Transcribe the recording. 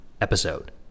episode